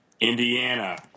Indiana